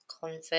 convert